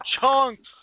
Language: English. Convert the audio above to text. chunks